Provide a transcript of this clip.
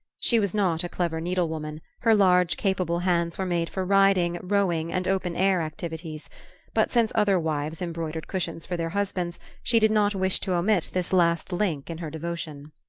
she was not a clever needle-woman her large capable hands were made for riding, rowing and open-air activities but since other wives embroidered cushions for their husbands she did not wish to omit this last link in her devotion.